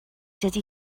dydy